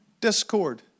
discord